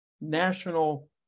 national